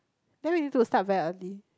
then we need to start very early